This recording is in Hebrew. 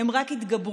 הן רק יתגברו.